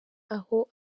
aho